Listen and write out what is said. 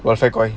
well if going